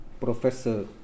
Professor